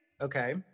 Okay